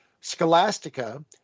Scholastica